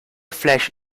flash